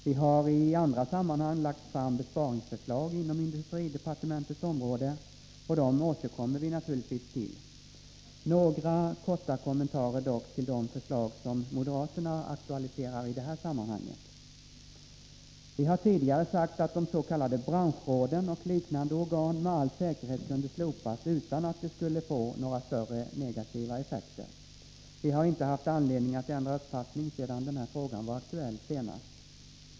Vi har i andra sammanhang lagt fram besparingsförslag inom industridepartementets område, och dem återkommer vi naturligtvis till. Några korta kommentarer vill jag dock göra till de förslag som moderaterna aktualiserar i det här sammanhanget. Vi har tidigare sagt att de s.k. branschråden och liknande organ med all säkerhet kunde slopas utan att det skulle få några större negativa effekter. Vi har inte haft anledning att ändra uppfattning sedan den här frågan var aktuell senast.